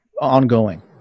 ongoing